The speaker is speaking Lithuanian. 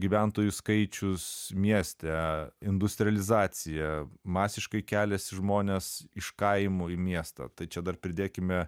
gyventojų skaičius mieste industrializacija masiškai keliasi žmonės iš kaimų į miestą tai čia dar pridėkime